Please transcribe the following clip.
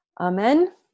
Amen